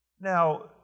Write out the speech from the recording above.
Now